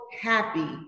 happy